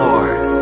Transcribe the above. Lord